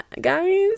guys